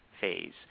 phase